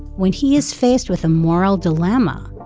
when he is faced with a moral dilemma